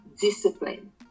discipline